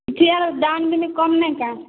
ଏଠିକାର ଦାମ କିଛି କମ ନାହିଁ କା